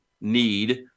need